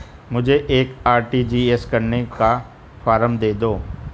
मुझे एक आर.टी.जी.एस करने का फारम दे दो?